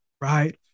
right